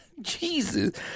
Jesus